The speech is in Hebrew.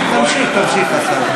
תמשיך, תמשיך, השר.